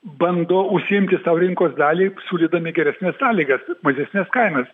bando užsiimti sau rinkos dalį siūlydami geresnes sąlygas mažesnes kainas